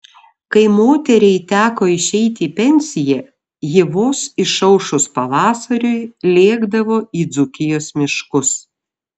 kai moteriai teko išeiti į pensiją ji vos išaušus pavasariui lėkdavo į dzūkijos miškus